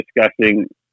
discussing